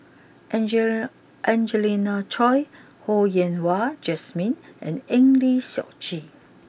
Angelina Choy Ho Yen Wah Jesmine and Eng Lee Seok Chee